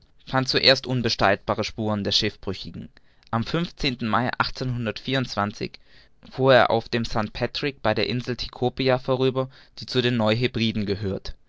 fand zuerst unbestreitbare spuren der schiffbrüchigen am mai fuhr er auf dem st patrick bei der insel tikopia vorüber die zu den neu hebriden gehört